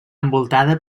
envoltada